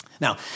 Now